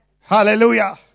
Hallelujah